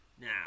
Now